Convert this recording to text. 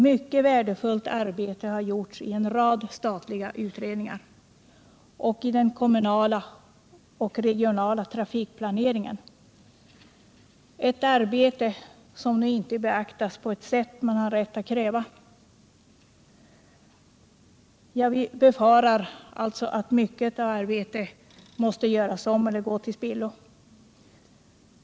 Mycket värdefullt arbete har gjorts i en rad statliga utredningar och i den kommunala och regionala trafikplaneringen, ett arbete som inte beaktas på det sätt som man har rätt att kräva. Jag befarar alltså att mycket arbete måste göras om eller går till spillo.